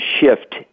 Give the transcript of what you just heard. shift